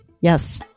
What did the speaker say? Yes